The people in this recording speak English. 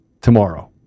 tomorrow